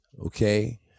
okay